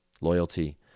loyalty